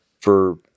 for-